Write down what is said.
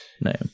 name